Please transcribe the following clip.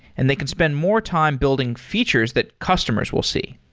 and they can spend more time building features that customers will see.